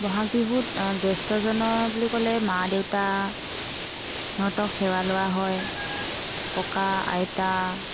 বহাগ বিহুত জ্যেষ্ঠজনৰ বুলি ক'লে মা দেউতা সিহঁতক সেৱা লোৱা হয় ককা আইতা